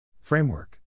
Framework